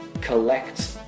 collect